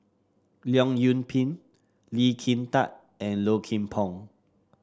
Leong Yoon Pin Lee Kin Tat and Low Kim Pong